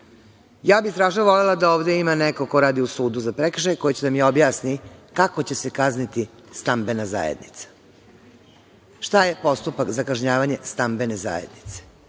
bih volela da ovde ima nekog ko radi u sudu za prekršaj koji će da mi objasni kako će se kazniti stambena zajednica? Šta je postupak za kažnjavanje stambene zajednice? Tačka